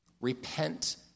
repent